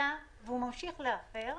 אם הוא ממשיך להפר,